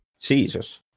Jesus